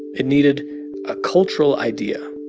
it needed a cultural idea.